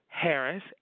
Harris